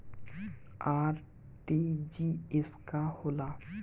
RTGS का होला?